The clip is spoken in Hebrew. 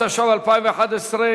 התשע"ב 2011,